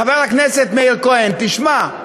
חבר הכנסת מאיר כהן, תשמע: